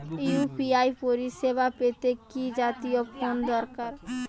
UPI পরিসেবা পেতে কি জাতীয় ফোন দরকার?